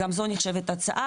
גם זו נחשבת הצעה,